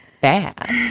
bad